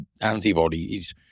antibodies